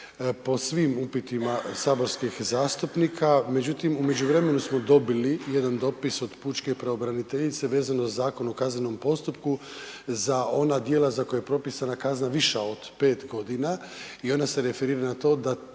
po svim upitima saborskih zastupnika. Međutim u međuvremenu smo dobili jedan dopis od pučke pravobraniteljice vezano uz Zakon o kaznenom postupku za ona djela za koja je propisana kazna viša od 5 godina i ona se referira na to da